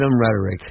rhetoric